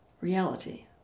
reality